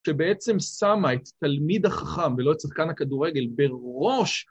שבעצם שמה את תלמיד החכם ולא את צדקן הכדורגל בראש